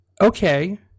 Okay